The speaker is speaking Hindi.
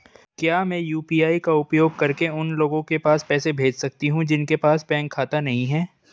क्या मैं यू.पी.आई का उपयोग करके उन लोगों के पास पैसे भेज सकती हूँ जिनके पास बैंक खाता नहीं है?